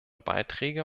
beiträge